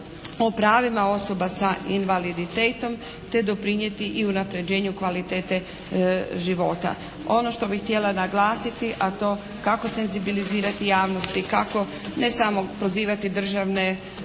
o pravima osoba sa invaliditetom te doprinijeti i unapređenju kvalitete života. Ono što bih htjela naglasiti, a to kako senzibilizirati javnost i kako ne samo prozivati državne